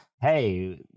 hey